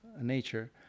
nature